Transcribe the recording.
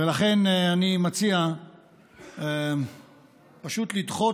ולכן אני מציע פשוט לדחות,